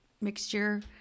mixture